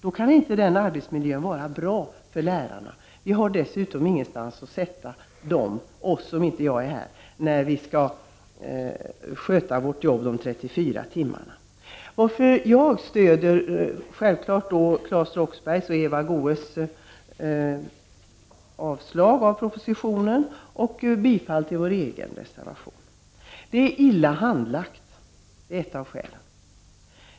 Då kan inte arbetsmiljön vara bra för lärarna. Det finns dessutom inte någonstans att placera dem, när de skall utföra arbete i skolan 34 timmar i veckan. Jag stöder självfallet Claes Roxberghs och Eva Goés reservation om avslag på propositionen och bifall till vårt eget förslag. Ett av skälen härtill är att ärendet är illa handlagt.